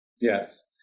Yes